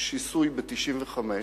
שיסוי ב-1995,